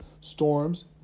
storms